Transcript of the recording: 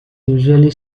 usually